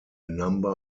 number